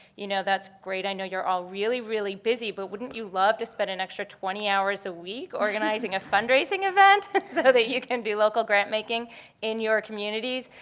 you know, that's great. i know you're all really, really busy, but wouldn't you love to spend an extra twenty hours a week organizing a fundraising event but like so you can do local grant making in your communities?